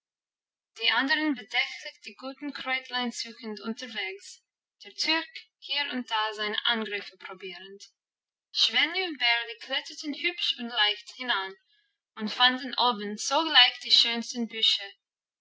die anderen bedächtlich die guten kräutlein suchend unterwegs der türk hier und da seine angriffe probierend schwänli und bärli kletterten hübsch und leicht hinan und fanden oben sogleich die schönsten büsche